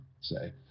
say